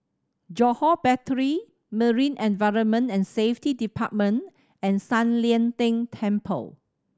Johore Battery Marine Environment and Safety Department and San Lian Deng Temple